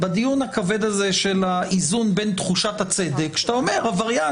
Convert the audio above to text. בדיון הכבד הזה של האיזון בין תחושת הצדק שבו אתה אומר שעבריין,